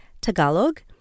Tagalog